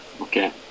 okay